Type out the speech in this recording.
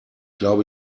glaube